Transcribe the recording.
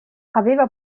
aveva